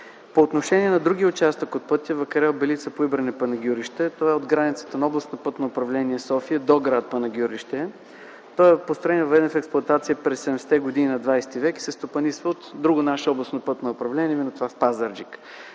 По отношение на другия участък от пътя – „Вакарел–Белица–Поибрене–Панагюрище” (това е от границата на Областно пътно управление – София, до гр. Панагюрище), той е построен и въведен в експлоатация през 70-те години на ХХ век и се стопанисва от друго наше областно пътно управление – в Пазарджик.